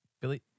Billy